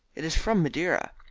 it is from madeira.